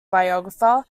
biographer